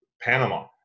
Panama